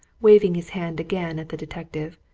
waving his hand again at the detective.